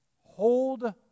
hold